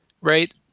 Right